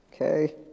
Okay